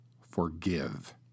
forgive